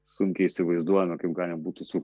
sunkiai įsivaizduojame kaip galima būtų su